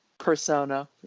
persona